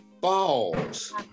Balls